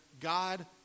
God